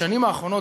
בשנים האחרונות,